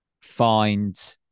find